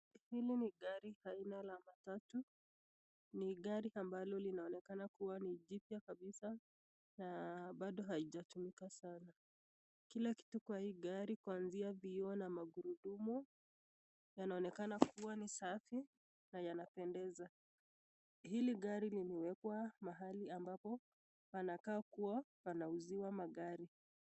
Hili ni gari aina la matatu. Ni gari ambalo linaonekana kuwa ni jipya kabisa na bado haijatumika sana. Kila kitu kwa hii gari kuanzia vioo na magurudumu yanaonekana kuwa ni safi na yanapendeza. Hili gari limewekwa mahali ambapo anakaa kuwa panauziwa magari.